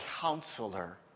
counselor